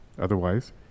Otherwise